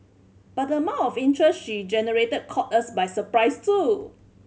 but the amount of interest she generated caught us by surprise too